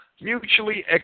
mutually